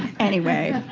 anyway.